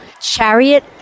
Chariot